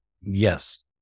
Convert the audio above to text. Yes